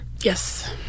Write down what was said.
Yes